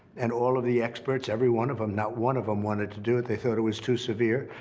and all of the experts, every one of them not one of them wanted to do it. they thought it was too severe.